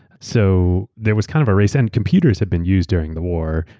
so there was kind of a race and computers had been used during the war,